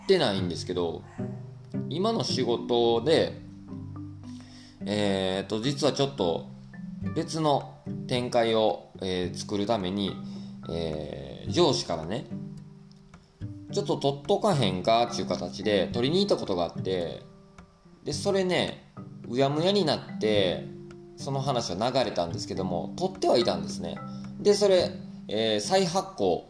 てないんですけど、今の仕事で、えーと、実はちょっと別の展開を、えー、作るために、えー、上司からね、ちょっと取っとかへんかっていう形で取りに行ったことがあって、で、それね、うやむやになって、その話は流れたんですけども、取ってはいたんですね。で、それ、えー、再発行